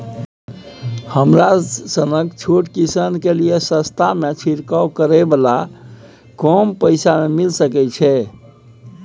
हमरा सनक छोट किसान के लिए सस्ता में छिरकाव करै वाला कम पैसा में मिल सकै छै?